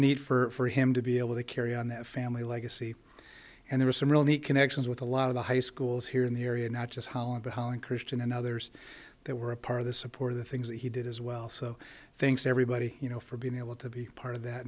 neat for him to be able to carry on that family legacy and there are some really connections with a lot of the high schools here in the area not just holland but holland christian and others that were a part of the support of the things that he did as well so thanks everybody you know for being able to be part of that